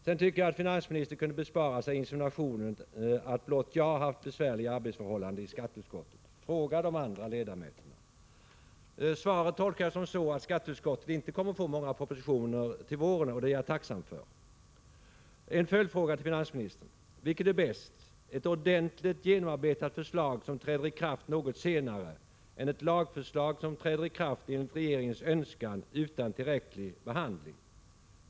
Sedan tycker jag att finansministern kunde bespara sig insinuationen att blott jag hade besvärliga arbetsförhållanden i skatteutskottet. Fråga de andra ledamöterna! Svaret tolkar jag så, att skatteutskottet inte kommer att få många propositioner till våren, och det är jag tacksam för. En följdfråga till finansministern: Vilket är bäst — ett ordentligt genomarbetat förslag som träder i kraft något senare, eller ett lagförslag som träder i kraft enligt regeringens önskan utan tillräcklig behandling?